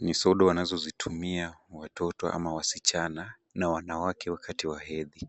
Ni sodo wanazozitumia watoto au wasichana na wanawake wakati wa hedhi.